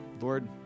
Lord